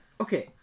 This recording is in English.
okay